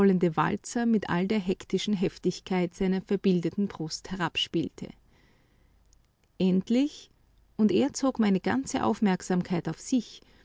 walzer mit all der hektischen heftigkeit seiner verbildeten brust herabspielte endlich und er zog meine ganze aufmerksamkeit auf sich ein